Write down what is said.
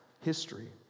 history